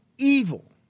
Evil